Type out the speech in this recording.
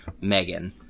Megan